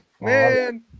Man